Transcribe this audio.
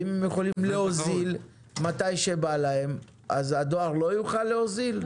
אם הם יכולים להוזיל מתי שבא להם אז הדואר לא יוכל להוזיל?